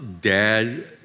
Dad